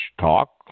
talk